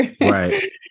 right